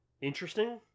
interesting